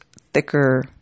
thicker